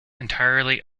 entirely